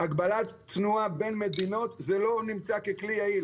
שהגבלת תנועה בין מדינות לא נמצא ככלי יעיל.